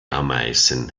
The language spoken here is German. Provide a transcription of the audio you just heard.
ameisen